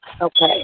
Okay